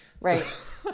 Right